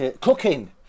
cooking